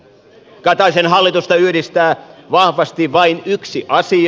kataisen hallitusta yhdistää vahvasti vain yksi asia